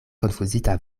konfuzita